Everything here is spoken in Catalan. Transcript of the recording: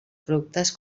productes